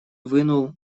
вынул